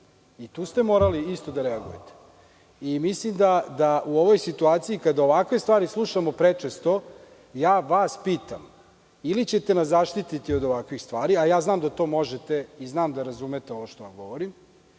I tu ste morali isto da reagujete.U ovoj situaciji, kada ovakve stvari slušamo prečesto, ja vas pitam - ili ćete nas zaštititi od ovakvih stvari, a znam da to možete i znam da razumete ovo što vam govorim,